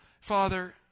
Father